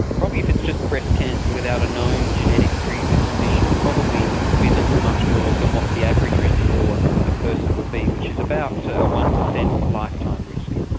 probably if it's just breast cancer without a known genetic predisposition it probably isn't much more than what the average risk for a person would be, which is about a one percent lifetime risk.